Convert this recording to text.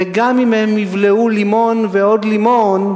וגם אם הם יבלעו לימון ועוד לימון,